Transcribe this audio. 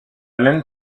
laine